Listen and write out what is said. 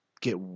get